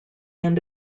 end